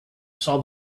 saw